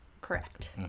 Correct